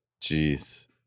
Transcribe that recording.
Jeez